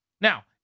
Now